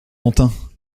longtemps